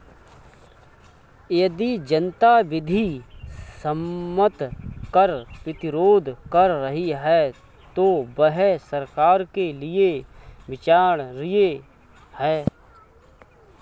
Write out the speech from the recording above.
यदि जनता विधि सम्मत कर प्रतिरोध कर रही है तो वह सरकार के लिये विचारणीय है